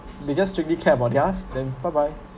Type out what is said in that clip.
they just strictly care about theirs then bye bye